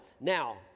Now